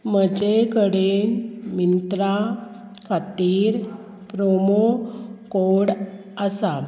म्हजे कडेन मिंत्रा खातीर प्रोमो कोड आसा